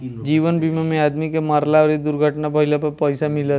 जीवन बीमा में आदमी के मरला अउरी दुर्घटना भईला पे पईसा मिलत हवे